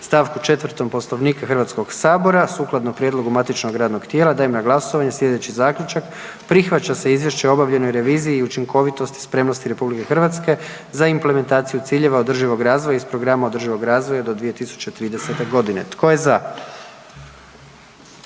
st. 4. Poslovnika HS. Sukladno prijedlogu matičnog radnog tijela dajem na glasovanje slijedeći zaključak: Prihvaća se Izvješće o obavljenoj reviziji i učinkovitosti spremnosti RH za implementaciju ciljeva održivog razvoja iz programa Održivog razvoja do 2030.g.“ Tko je za?